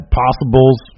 possibles